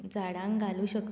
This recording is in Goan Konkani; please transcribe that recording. झाडांक घालूं शकता